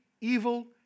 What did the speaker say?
evil